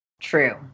True